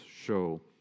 show